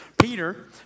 Peter